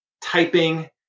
Typing